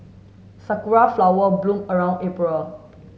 Sakura flower bloom around April